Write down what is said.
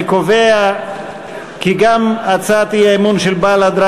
אני קובע כי גם הצעת האי-אמון של בל"ד,